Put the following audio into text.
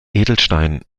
edelsteinen